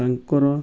ତାଙ୍କର